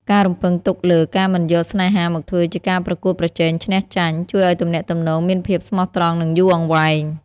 ការរំពឹងទុកលើ "ការមិនយកស្នេហាមកធ្វើជាការប្រកួតប្រជែងឈ្នះចាញ់" ជួយឱ្យទំនាក់ទំនងមានភាពស្មោះត្រង់ និងយូរអង្វែង។